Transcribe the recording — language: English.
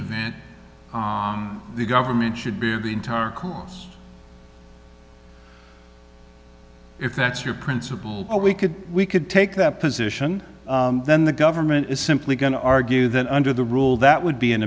event the government should be the entire us if that's your principal we could we could take that position then the government is simply going to argue that under the rule that would be an